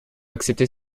accepter